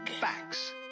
facts